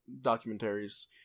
documentaries